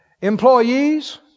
Employees